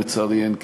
לצערי אין קשר.